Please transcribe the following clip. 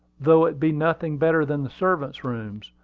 though it be nothing better than the servants' rooms.